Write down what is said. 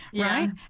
right